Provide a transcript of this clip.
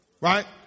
Right